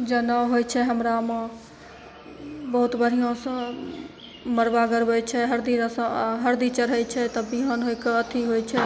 जनउ होइ छै हमरामे बहुत बढ़िआँसे मड़बा गड़बै छै हरदीसे हरदी चढ़ै छै तब बिहान होइके अथी होइ छै